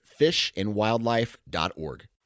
fishandwildlife.org